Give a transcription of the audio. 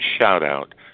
shout-out